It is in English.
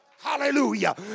Hallelujah